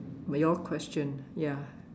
your question ya